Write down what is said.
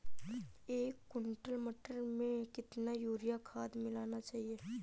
एक कुंटल मटर में कितना यूरिया खाद मिलाना चाहिए?